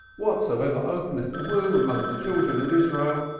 whatsoever openeth the womb among the children of israel,